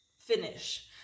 finish